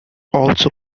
also